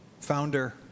Founder